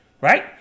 right